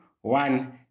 one